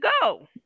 go